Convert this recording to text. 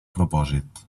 propòsit